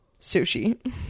sushi